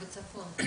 בצפון.